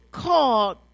called